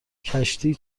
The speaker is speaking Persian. کشتی